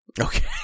Okay